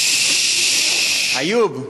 איוב,